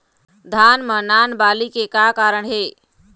धान म नान बाली के का कारण हे?